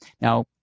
Now